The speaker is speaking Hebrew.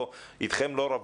אנחנו אתכם לא רבים.